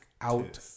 out